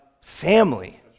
family